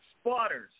spotters